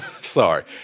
Sorry